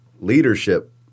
leadership